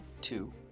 Two